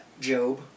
Job